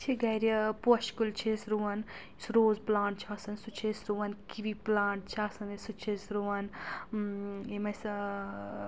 گَرِ پوشہِ کُلۍ چھِ أسۍ رُوَان یُس روز پٕلانٛٹ چھُ آسان سُہ چھِ أسۍ رُوَان کِوِی پٕلانٛٹ چھِ آسان أسۍ سُہ تہِ چھِ أسۍ رُوان یِم اَسہِ